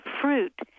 fruit